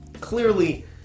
clearly